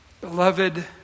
beloved